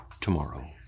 tomorrow